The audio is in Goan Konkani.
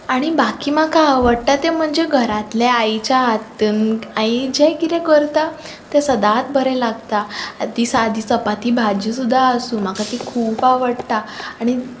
आनी बाकी म्हाका आवडटा तें म्हणचें घरातलें आईच्या हातीन आई जे किदें करतां ते सदाच बरें लागतां ती सादी भाजी सुदा आसूं म्हाका ती खुब आवडटा आनी